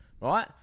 Right